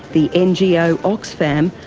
the ngo oxfam,